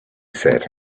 said